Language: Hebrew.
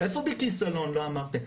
איפה בכיסלון לא אמרתם.